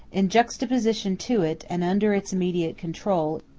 in juxtaposition to it, and under its immediate control,